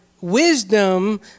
wisdom